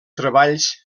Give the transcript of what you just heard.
treballs